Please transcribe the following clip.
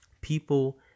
people